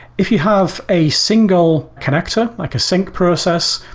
if you have a single connector, like a sync process,